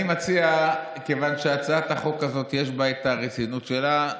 כיוון שבהצעת החוק הזו יש את הרצינות שלה,